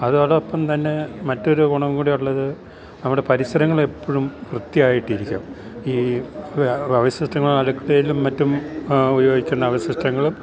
അതോടൊപ്പം തന്നെ മറ്റൊരു ഗുണം കൂടിയുള്ളത് നമ്മുടെ പരിസരങ്ങളെപ്പോഴും വൃത്തിയായിട്ടിരിക്കും ഈ അവശിഷ്ടങ്ങള് അടുക്കളയിലും മറ്റും ഉപയോഗിക്കുന്ന അവശിഷ്ടങ്ങളും